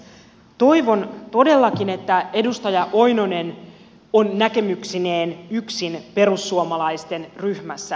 toivon todellakin että edustaja oinonen on näkemyksineen yksin perussuomalaisten ryhmässä